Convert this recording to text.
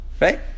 right